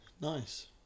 Nice